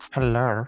Hello